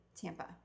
Tampa